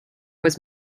was